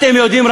אתם יודעים,